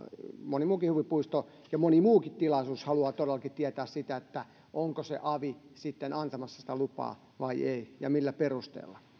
moni muukin huvipuisto ja moni muukin tilaisuus haluaa todellakin tietää onko se avi sitten antamassa sitä lupaa vai ei ja millä perusteella